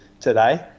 today